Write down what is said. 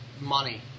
Money